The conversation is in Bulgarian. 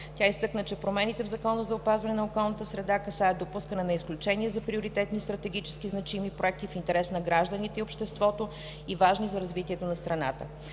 Тя изтъкна, че промените в Закона за опазване на околната среда касаят допускане на изключение за приоритетни стратегически значими проекти в интерес на гражданите и обществото и важни за развитието на страната.